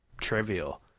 trivial